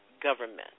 government